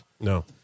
No